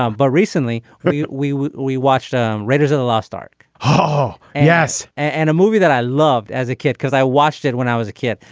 um but recently we we we watched um raiders of the lost ark. oh yes. and a movie that i loved as a kid because i watched it when i was a kid.